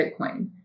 Bitcoin